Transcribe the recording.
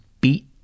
beat